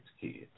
kids